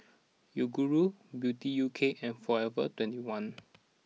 Yoguru Beauty U K and Forever twenty one